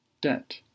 debt